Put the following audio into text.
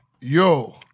Yo